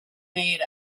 made